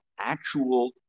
actual